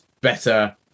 better